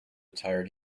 tired